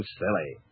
silly